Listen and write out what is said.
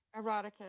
erotica